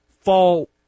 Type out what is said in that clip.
fall